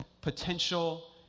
potential